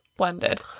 Blended